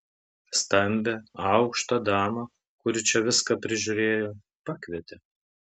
stambią aukštą damą kuri čia viską prižiūrėjo pakvietė